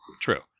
True